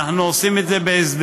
אנחנו עושים את זה בהסדרים.